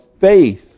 faith